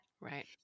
Right